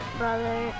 brother